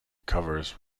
covers